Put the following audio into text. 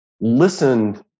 Listened